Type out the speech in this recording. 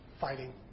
fighting